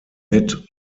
mid